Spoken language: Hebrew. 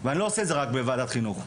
ואני לא עושה את זה רק בוועדת חינוך.